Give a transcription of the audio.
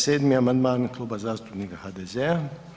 7. amandman Kluba zastupnika HDZ-a.